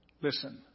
Listen